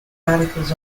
articles